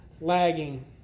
Lagging